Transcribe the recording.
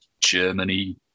Germany